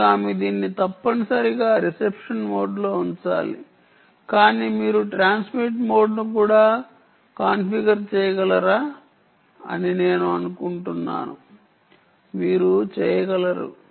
మరియు ఆమె దీన్ని తప్పనిసరిగా రిసెప్షన్ మోడ్లో ఉంచాలి కాని మీరు ట్రాన్స్మిట్ మోడ్ను కూడా కాన్ఫిగర్ చేయగలరా అని నేను అనుకుంటున్నాను మీరు చేయగలరు